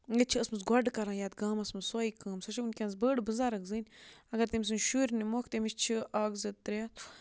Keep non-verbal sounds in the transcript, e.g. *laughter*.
ییٚتہِ چھےٚ ٲسمٕژ گۄڈٕ کَران یَتھ گامَس منٛز سۄے کٲم سۄ چھےٚ وٕنۍکٮ۪نَس بٔڑ بُزرٕگ زٔنۍ اَگر تٔمۍ سٕنٛدۍ شُرۍ نِموکھ تٔمِس چھِ اکھ زٕ ترٛےٚ *unintelligible*